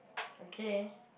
okay